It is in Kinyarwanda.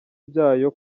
byayo